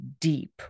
deep